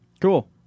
Cool